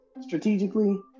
strategically